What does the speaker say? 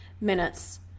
minutes